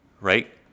right